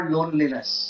Loneliness